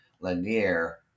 linear